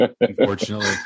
Unfortunately